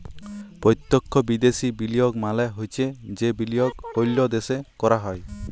পত্যক্ষ বিদ্যাশি বিলিয়গ মালে হছে যে বিলিয়গ অল্য দ্যাশে ক্যরা হ্যয়